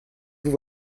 vous